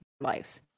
life